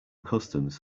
customs